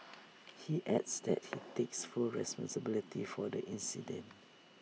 he adds that he takes full responsibility for the incident